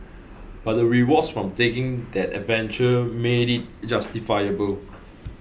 but the rewards from taking that adventure made it justifiable